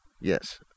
yes